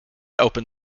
open